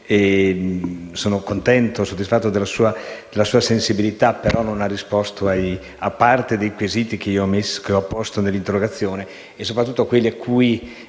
Sono contento e soddisfatto della sua sensibilità, però egli non ha risposto a parte dei quesiti che ho posto nell'interrogazione, soprattutto a quelli che